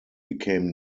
became